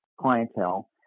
clientele